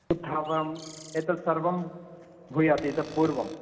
उत्थापनम् एतत्सर्वं भूयात् इतः पूर्वं